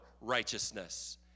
righteousness